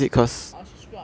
orh she screw up this time